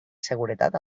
seguretat